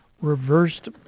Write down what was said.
reversed